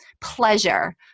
pleasure